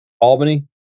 Albany